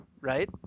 right